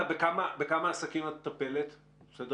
הם המומחים בתחום.